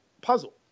puzzle